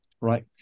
right